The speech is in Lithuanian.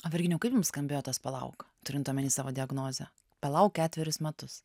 o virginijau kaip jums skambėjo tas palauk turint omeny savo diagnozę palauk ketverius metus